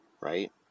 right